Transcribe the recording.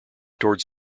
towards